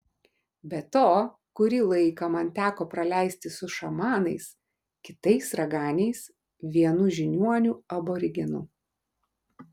be to kurį laiką man teko praleisti su šamanais kitais raganiais vienu žiniuoniu aborigenu